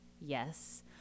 yes